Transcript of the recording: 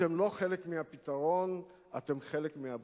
אתם לא חלק מהפתרון, אתם חלק מהבעיה.